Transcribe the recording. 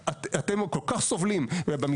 אתם במגזר הערבי שכל כך סובלי מפשע,